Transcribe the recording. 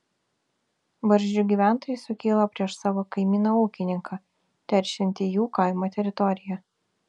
barzdžių gyventojai sukilo prieš savo kaimyną ūkininką teršiantį jų kaimo teritoriją